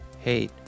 hate